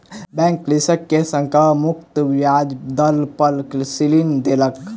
bank कृषक के संकट मुक्त ब्याज दर पर ऋण देलक